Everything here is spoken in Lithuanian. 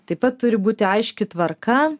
taip pat turi būti aiški tvarka